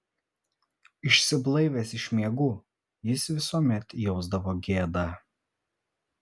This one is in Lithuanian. išsiblaivęs iš miegų jis visuomet jausdavo gėdą